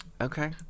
Okay